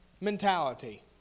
mentality